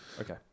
Okay